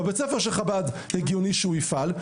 בבית ספר של חב"ד הגיוני שהוא יפעל.